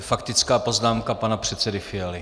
Faktická poznámka pana předsedy Fialy.